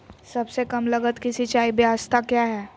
सबसे कम लगत की सिंचाई ब्यास्ता क्या है?